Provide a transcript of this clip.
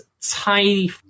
tiny